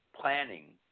planning